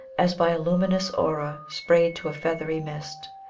as by a luminous aura sprayed to a feathery mist.